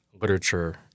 literature